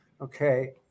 Okay